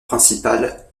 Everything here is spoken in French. principal